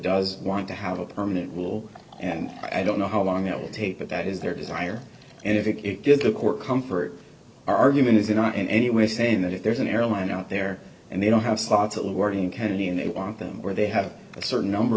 does want to have a permanent rule and i don't know how long that will take but that is their desire and if it is the core comfort argument is not in any way saying that if there's an airline out there and they don't have slots at wording kennedy and they want them where they have a certain number